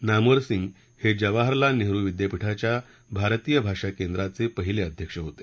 नामवरसिंग हे जवाहरलाल नेहरू विद्यापिठाच्या भारतीय भाषा केंद्राचे पहिले अध्यक्ष होते